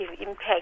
impact